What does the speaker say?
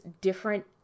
different